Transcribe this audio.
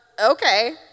okay